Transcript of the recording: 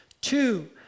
Two